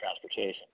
transportation